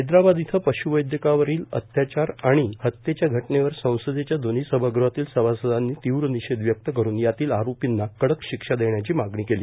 हैद्राबाद इथं पशुवैद्यकावरील अत्याचार आणि हत्येच्या घटनेवर संसदेच्या दोव्ही सभागृहातील सभासदांनी तीव्र निषेध व्यक्त करून यातील आरोपीना कडक शिक्षा देण्याची मागणी केली